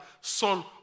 son